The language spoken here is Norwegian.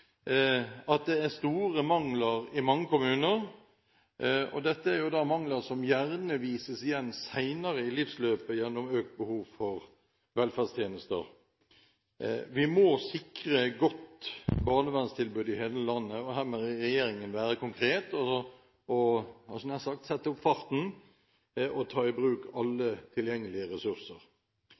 at det er store mangler i mange kommuner. Dette er mangler som gjerne viser seg igjen senere i livsløpet, gjennom økt behov for velferdstjenester. Vi må sikre godt barnevernstilbud i hele landet, og her må regjeringen være konkret og – jeg hadde nær sagt – sette opp farten og ta i bruk alle tilgjengelige ressurser.